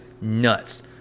nuts